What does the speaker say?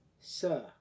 Sir